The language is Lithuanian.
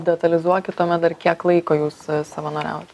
detalizuokit tuomet dar kiek laiko jūs savanoriavot